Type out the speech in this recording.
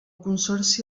consorci